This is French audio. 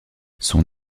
son